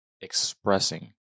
expressing